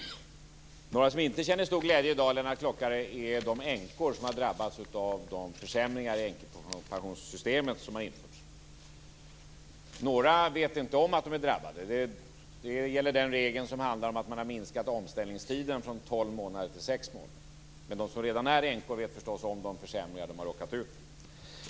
Några som inte känner stor glädje i dag, Lennart Klockare, är de änkor som har drabbats av de försämringar i änkepensionssystemet som har införts. Några vet inte om att de är drabbade. Det gäller den regel som handlar om att man har minskat omställningstiden från 12 månader till 6 månader. Men de som redan är änkor vet förstås om de försämringar de har råkat ut för.